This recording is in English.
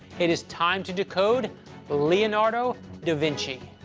it is time to decode leonardo da vinci.